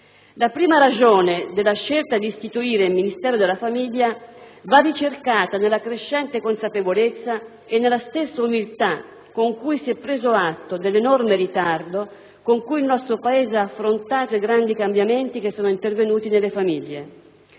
La prima ragione della scelta di istituire il Ministero della famiglia va ricercata nella crescente consapevolezza e nella stessa umiltà con cui si è preso atto dell'enorme ritardo con cui il nostro Paese ha affrontato i grandi cambiamenti che sono intervenuti nelle famiglie.